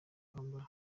kwambara